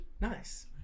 Nice